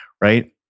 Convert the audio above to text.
right